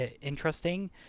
interesting